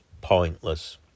pointless